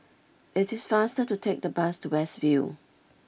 it is faster to take the bus to West View